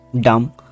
dumb